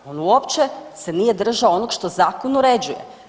On uopće se nije držao onog što zakon uređuje.